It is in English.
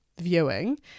viewing